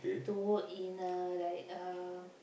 to work in uh like uh